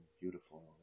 beautiful